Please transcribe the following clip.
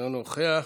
אינו נוכח.